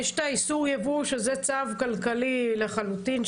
יש את איסור הייבוא שזה צו כלכלי לחלוטין.